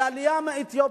על העלייה מאתיופיה,